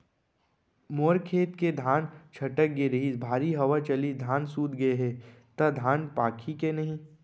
मोर खेत के धान छटक गे रहीस, भारी हवा चलिस, धान सूत गे हे, त धान पाकही के नहीं?